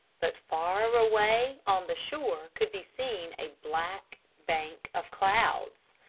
but far away on the shore could be seen a black bank of clouds.